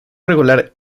regular